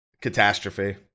catastrophe